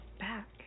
back